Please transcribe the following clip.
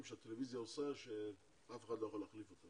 שהטלוויזיה עושה ואף אחד לא יכול להחליף אותה.